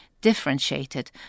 differentiated